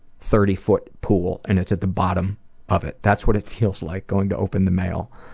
thirty foot pool, and it's at the bottom of it, that's what it feels like going to open the mail.